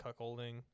cuckolding